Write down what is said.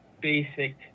basic